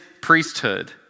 priesthood